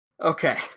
Okay